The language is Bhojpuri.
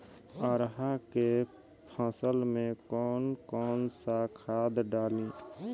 अरहा के फसल में कौन कौनसा खाद डाली?